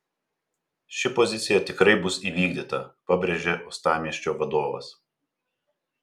ši pozicija tikrai bus įvykdyta pabrėžė uostamiesčio vadovas